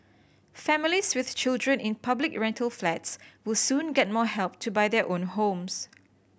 families with children in public rental flats will soon get more help to buy their own homes